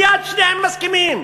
מייד שניהם מסכימים.